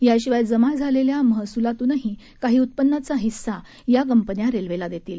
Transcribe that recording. याशिवाय जमा झालेल्या महसुलातूनही काही उत्पन्नाचा हिस्सा या कंपन्या रेल्वेला देतील